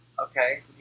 Okay